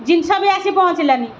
ଜିନିଷ ବି ଆସି ପହଞ୍ଚିଲାନି